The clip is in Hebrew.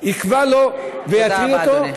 יקבע לו ויטריד אותו,